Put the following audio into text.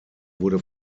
wurde